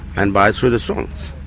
and by through the songs.